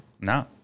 No